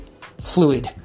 fluid